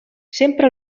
sempre